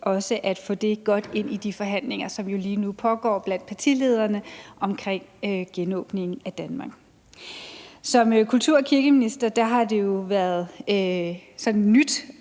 også at få det godt ind i de forhandlinger, som jo lige nu pågår blandt partilederne om genåbningen af Danmark. Som kultur- og kirkeminister har det jo været sådan nyt